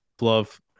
love